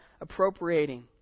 appropriating